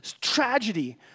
tragedy